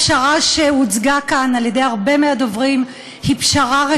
הפשרה שהוצגה כאן על ידי הרבה מהדוברים היא פשרה רקובה.